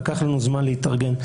לקח לנו זמן להתארגן,